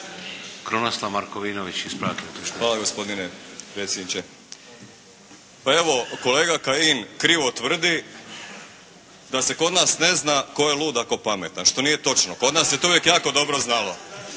navoda. **Markovinović, Krunoslav (HDZ)** Hvala gospodine predsjedniče. Pa evo kolega Kajin krivo tvrdi da se kod nas tko je lud, a tko pametan, što nije točno. Kod nas se to uvijek jako dobro znalo.